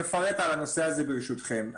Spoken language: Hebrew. אז אני אפרט על הנושא הזה, ברשותכם.